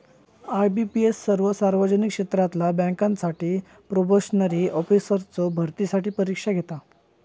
IBPS सर्वो सार्वजनिक क्षेत्रातला बँकांसाठी प्रोबेशनरी ऑफिसर्सचो भरतीसाठी परीक्षा घेता